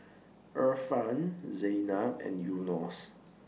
Irfan Zaynab and Yunos